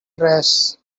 trash